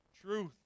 truth